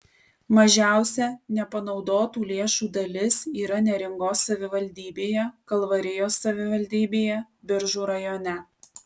mažiausia nepanaudotų lėšų dalis yra neringos savivaldybėje kalvarijos savivaldybėje biržų rajone